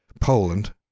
poland